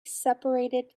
separated